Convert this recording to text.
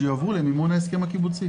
שיועברו למימון ההסכם הקיבוצי